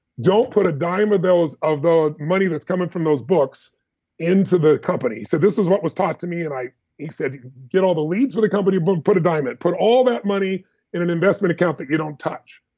don't put a dime of bills of the money that's coming from those books into the company. so this was what was taught to me and he said, get all the leads with the company, but put a diamond, put all that money in an investment account that you don't touch.